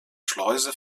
schleuse